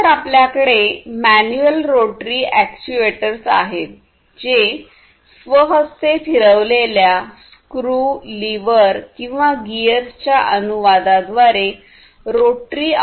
नंतर आपल्याकडे manual rotary actuators आहेत जे स्वहस्ते फिरवलेल्या स्क्रू लिव्हर किंवा गीअर्सच्या अनुवादाद्वारे रोटरी आउटपुट प्रदान करतात